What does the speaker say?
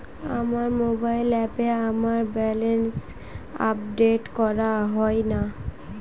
আমার মোবাইল অ্যাপে আমার ব্যালেন্স আপডেট করা হয় না